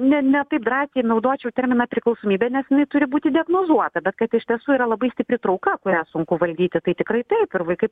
ne ne taip drąsiai naudočiau terminą priklausomybė nes jinai turi būti diagnozuota bet kad iš tiesų yra labai stipri trauka kurią sunku valdyti tai tikrai taip ir vaikai